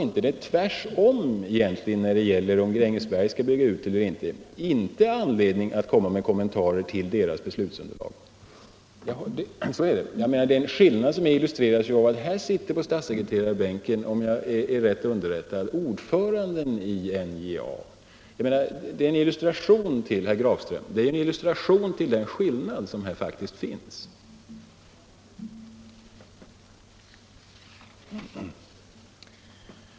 När det gäller Gränges eventuella utbyggnadsplaner har jag inte någon anledning att kommentera det beslutsunderlaget. I dag sitter på statssekreterarbänken ordföranden i NJA. Detta är en illustration till den skillnad som finns mellan statlig företagsamhet och privat i detta avseende.